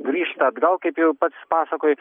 grįžta atgal kaip jau pats pasakojai